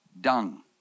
dung